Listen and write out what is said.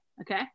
okay